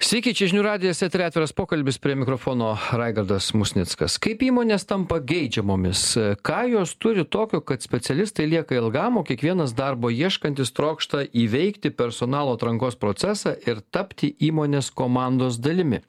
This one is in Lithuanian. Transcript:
sveiki čia žinių radijas eteryje atviras pokalbis prie mikrofono raigardas musnickas kaip įmonės tampa geidžiamomis ką jos turi tokio kad specialistai lieka ilgam o kiekvienas darbo ieškantis trokšta įveikti personalo atrankos procesą ir tapti įmonės komandos dalimi